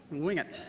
wing it.